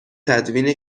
تدوین